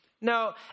No